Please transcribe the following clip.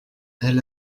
elle